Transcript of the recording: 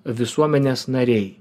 visuomenės nariai